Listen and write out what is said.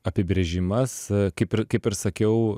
apibrėžimas kaip ir kaip ir sakiau